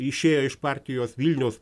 išėjo iš partijos vilniaus